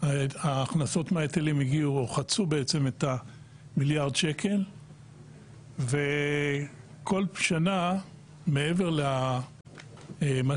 ההכנסות מההיטלים חצו את מיליארד השקל וכל שנה מעבר למה